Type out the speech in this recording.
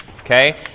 Okay